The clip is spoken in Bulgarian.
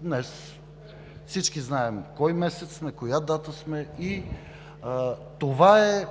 Днес всички знаем кой месец сме, коя дата сме и това е